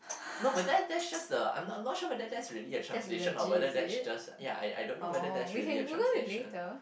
no but that that's just the I'm not I'm not sure whether that's really a translation or whether that's just ya I I don't know whether that's really a translation